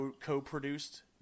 co-produced